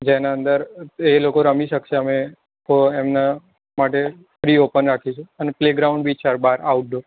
જેના અંદર એ લોકો રમી શકશે અમે એમને માટે ફ્રી ઓપન રાખીશું અને પ્લે ગ્રાઉંડ બી છે બહાર આઉટડોર